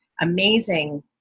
amazing